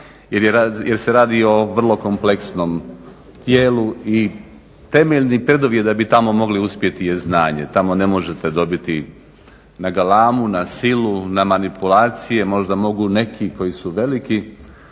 jer se radi o vrlo kompleksnom tijelu i temeljni preduvjet da bi tamo mogli uspjeti je znanje. Tamo ne možete dobiti na galamu, na silu, na manipulacije. Možda mogu neki koji su veliki